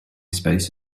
space